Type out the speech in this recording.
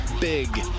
big